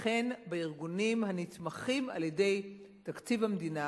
וכן בארגונים הנתמכים על-ידי תקציב המדינה,